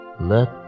Let